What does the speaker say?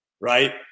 Right